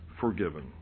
forgiven